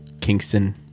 kingston